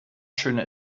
schöne